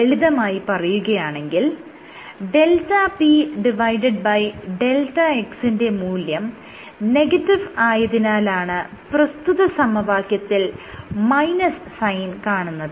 ലളിതമായി പറയുകയാണെങ്കിൽ δpδx ന്റെ മൂല്യം നെഗറ്റിവ് ആയതിനാലാണ് പ്രസ്തുത സമവാക്യത്തിൽ മൈനസ് സൈൻ കാണുന്നത്